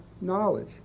knowledge